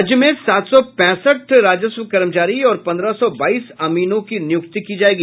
राज्य में सात सौ पैंसठ राजस्व कर्मचारी और पन्द्रह सौ बाईस अमीनों की नियुक्ति की जायेगी